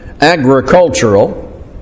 agricultural